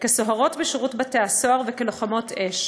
כסוהרות בשירות בתי-הסוהר וכלוחמות אש,